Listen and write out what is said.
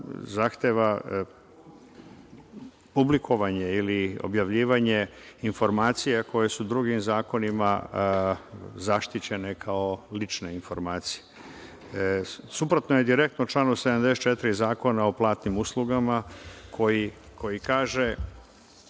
zahteva publikovanje, ili objavljivanje informacija koje su drugim zakonima zaštićene kao lične informacije. Suprotno je direktno članu 74. Zakona o platnim uslugama, i